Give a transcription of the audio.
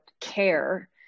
care